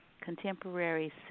contemporary